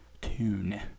tune